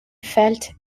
felt